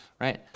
right